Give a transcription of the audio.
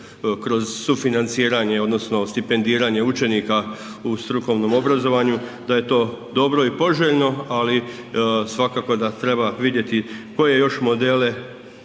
kroz sufinanciranje odnosno stipendiranje učenika u strukovnom obrazovanju, da je to dobro i poželjno, ali svakako da treba vidjeti koje još modele